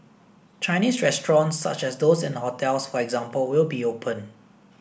Chinese restaurants such as those in hotels for example will be open